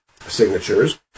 signatures